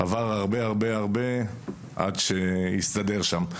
עבר הרבה עד שהסתדר שם.